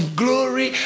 glory